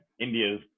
india's